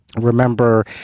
remember